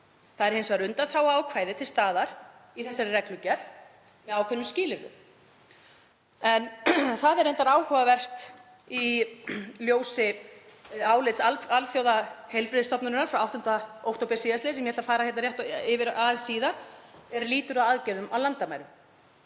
Það eru hins vegar undanþáguákvæði til staðar í þessari reglugerð með ákveðnum skilyrðum. Það er reyndar áhugavert í ljósi álits Alþjóðaheilbrigðismálastofnunarinnar frá 8. október sl., sem ég ætla að fara aðeins yfir síðar, er lýtur að aðgerðum á landamærum.